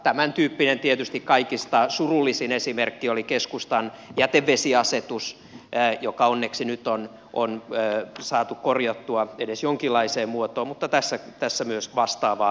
tämäntyyppinen tietysti kaikista surullisin esimerkki oli keskustan jätevesiasetus joka onneksi nyt on saatu korjattua edes jonkinlaiseen muotoon mutta tässä on myös vastaavaa problematiikkaa